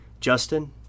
Justin